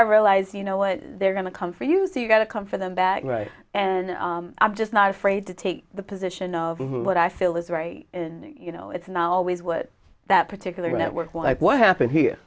i realize you know what they're going to come for you so you've got to come for them back right and i'm just not afraid to take the position of what i feel is right in you know it's not always what that particular network was like what happened here